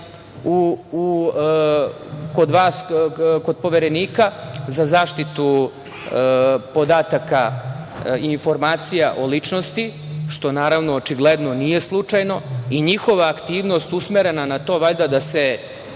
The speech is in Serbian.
radi kod vas, kod Poverenika za zaštitu podataka i informacija o ličnosti, što očigledno nije slučajno. Njihova aktivnost je usmerena na to valjda da se